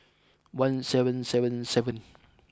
one seven seven seven